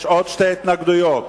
התשס"ח 2008,